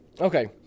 Okay